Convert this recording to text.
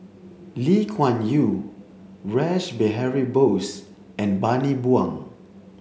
Lee Kuan Yew Rash Behari Bose and Bani Buang